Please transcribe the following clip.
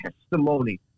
testimony